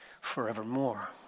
forevermore